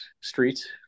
street